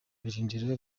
birindiro